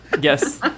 Yes